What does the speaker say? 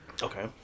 Okay